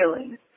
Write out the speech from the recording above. feelings